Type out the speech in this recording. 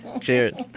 Cheers